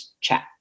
chat